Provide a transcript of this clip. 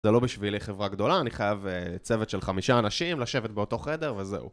זה לא בשבילי חברה גדולה, אני חייב צוות של חמישה אנשים, לשבת באותו חדר וזהו.